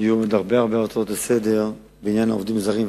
יהיו עוד הרבה הצעות לסדר-היום בעניין העובדים הזרים,